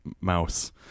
Mouse